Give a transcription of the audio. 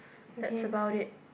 that's about it